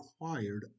required